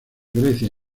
grecia